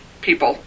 people